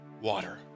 water